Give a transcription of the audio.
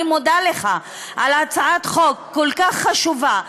אני מודה לך על הצעת חוק כל כך חשובה,